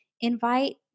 invite